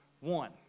One